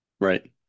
Right